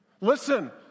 Listen